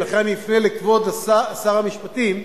ולכן אני אפנה לכבוד שר המשפטים,